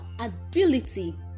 ability